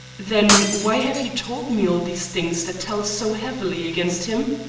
then why have you told me all these things that tell so heavily against him?